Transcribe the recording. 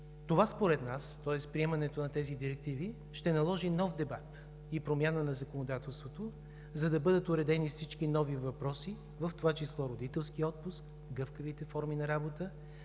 Това според нас, тоест приемането на тези директиви, ще наложи нов дебат и промяна на законодателството, за да бъдат уредени всички нови въпроси, в това число: родителски отпуск, гъвкавите форми на работа,